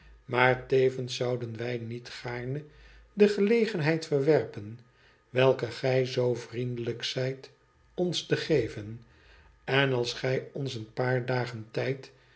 maar tevens zouden wij niet gaarne de gelegenheid verwerpen welke gij zoo vriendelijk zijt ons te geven en als gij ons een paar dagen tijd